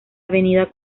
avenida